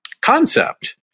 concept